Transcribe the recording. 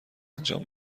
انجام